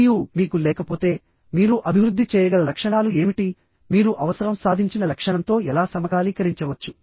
మరియు మీకు లేకపోతే మీరు అభివృద్ధి చేయగల లక్షణాలు ఏమిటి మీరు అవసరం సాధించిన లక్షణంతో ఎలా సమకాలీకరించవచ్చు